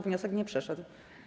Wniosek nie przeszedł.